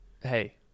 hey